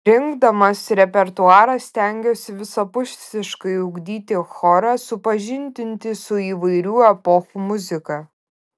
rinkdamas repertuarą stengiuosi visapusiškai ugdyti chorą supažindinti su įvairių epochų muzika